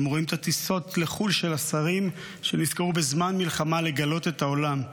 הם רואים את הטיסות לחו"ל של השרים שנזכרו בזמן מלחמה לגלות את העולם.